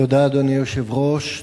אדוני היושב-ראש,